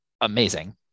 amazing